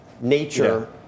nature